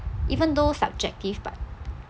even though subjective but